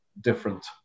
different